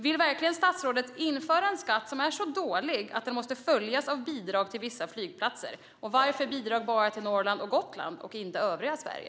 Vill statsrådet verkligen införa en skatt som är så dålig att den måste följas av bidrag till vissa flygplatser, och varför ger man bidrag bara till Norrland och Gotland och inte till övriga Sverige?